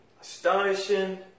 astonishing